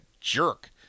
jerk